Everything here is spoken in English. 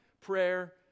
prayer